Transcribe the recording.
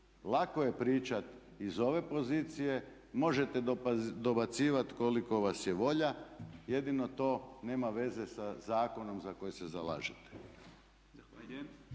Lako je pričati iz ove pozicije, možete dobacivati koliko vas je volja, jedino to nema veze sa zakonom za koji se zalažete.